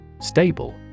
Stable